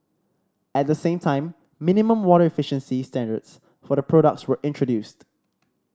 at the same time minimum water efficiency standards for the products were introduced